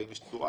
ואם יש תשואה,